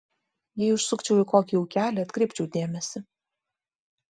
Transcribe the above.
jei užsukčiau į kokį ūkelį atkreipčiau dėmesį